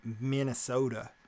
minnesota